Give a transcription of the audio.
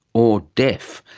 or deaf.